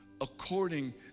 according